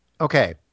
Okay